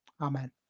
Amen